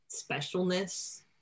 specialness